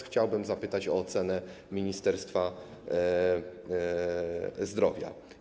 Chciałbym zapytać o ocenę Ministerstwa Zdrowia.